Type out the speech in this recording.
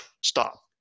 stop